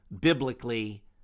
biblically